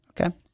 okay